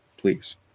please